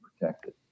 protected